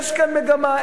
יש כאן מגמה,